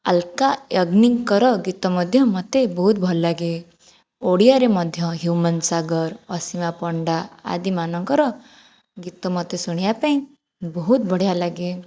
ଅଲକା ୟଗ୍ନିଙ୍କର ଗୀତ ମଧ୍ୟ ମୋତେ ବହୁତ୍ ଭଲ ଲାଗେ ଓଡ଼ିଆରେ ମଧ୍ୟ ହ୍ୟୁମାନ୍ ସାଗର୍ ଅସୀମା ପଣ୍ଡା ଆଦିମାନଙ୍କର ଗୀତ ମୋତେ ଶୁଣିବାପାଇଁ ବହୁତ୍ ବଢ଼ିଆ ଲାଗେ